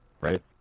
right